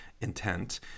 intent